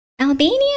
Albania